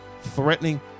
threatening